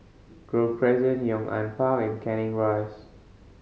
Grove Crescent Yong An Park and Canning Rise